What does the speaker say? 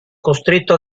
costretto